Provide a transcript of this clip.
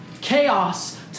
Chaos